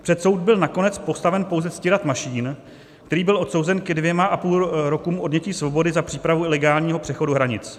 Před soud byl nakonec postaven pouze Ctirad Mašín, který byl odsouzen ke 2,5 rokům odnětí svobody za přípravu ilegálního přechodu hranic.